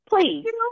Please